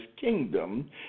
kingdom